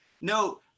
No